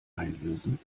einlösen